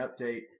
update